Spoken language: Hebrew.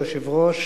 אדוני היושב-ראש,